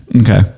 Okay